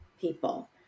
people